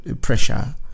pressure